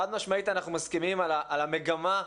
חד משמעית אנחנו מסכימים על המגמה.